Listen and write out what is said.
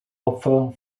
opfer